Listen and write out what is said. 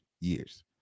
years